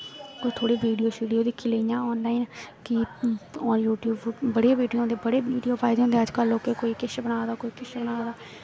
थोह्ड़ी विडियो दिक्खी लेइयां ऑनलाईन हां कि यूट्यूब पर बड़े वीडियो होंदे बड़े वीडियो पाए दे होंदे लोकें कोई किश बना दा कोई किश बना दा